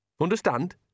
Understand